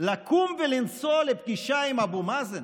לקום ולנסוע לפגישה עם אבו מאזן?